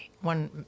one